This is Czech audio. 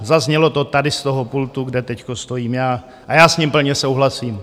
Zaznělo to tady z toho pultu, kde teď stojím já, a já s ním plně souhlasím.